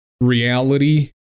reality